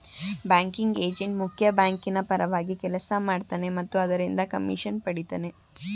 banking agent ಮುಖ್ಯ ಬ್ಯಾಂಕಿನ ಪರವಾಗಿ ಕೆಲಸ ಮಾಡ್ತನೆ ಮತ್ತು ಅದರಿಂದ ಕಮಿಷನ್ ಪಡಿತನೆ